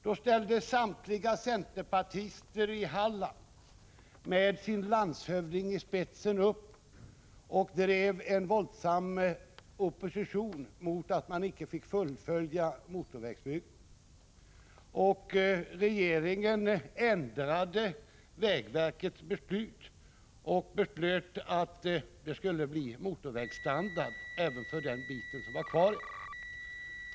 Då ställde samtliga centerpartister i Halland, med sin landshövding i spetsen, upp och drev en våldsam opposition mot att man icke fick fullfölja motorvägsbygget. Regeringen ändrade vägverkets beslut och bestämde att det skulle bli motorvägsstandard även för den bit som var kvar.